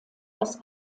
das